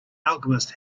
alchemist